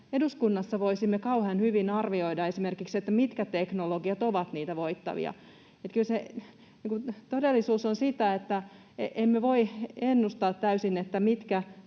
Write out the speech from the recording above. eduskunnassa voisimme kauhean hyvin arvioida esimerkiksi sitä, mitkä teknologiat ovat niitä voittavia. Kyllä se todellisuus on sitä, että emme voi ennustaa täysin, mitkä